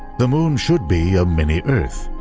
the moon should be a mini-earth,